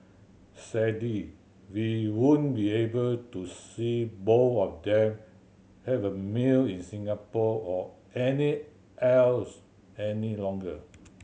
sadly we won't be able to see both of them have a meal in Singapore or any else any longer